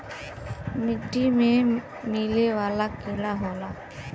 मिट्टी में मिले वाला कीड़ा होला